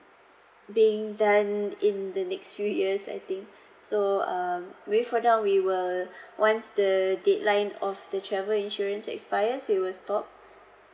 being done in the next few years I think so um wait for that we will once the deadline of the travel insurance expires we will stop